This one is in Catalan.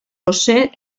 josé